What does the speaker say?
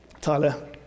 Tyler